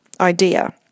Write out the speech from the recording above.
idea